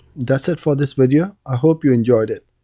that's it for this video. i hope you enjoyed it.